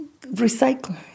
recycling